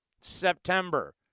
September